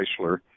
Chrysler